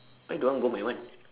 why you don't want to go my one